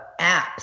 apps